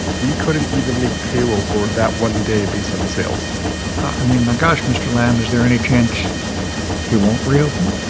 we couldn't even make payroll for that one day based on the sales i mean, my gosh, mr. lam, is there any chance you won't reopen?